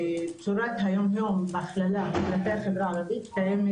תורת היום-יום בהכללה כלפי החברה הערבית קיימת